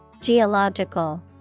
geological